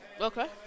Okay